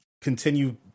continue